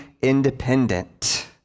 independent